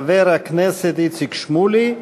חבר הכנסת איציק שמולי,